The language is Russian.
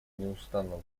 неустанно